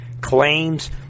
claims